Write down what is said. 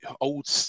old